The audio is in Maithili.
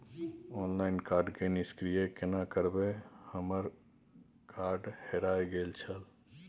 ऑनलाइन कार्ड के निष्क्रिय केना करबै हमर कार्ड हेराय गेल छल?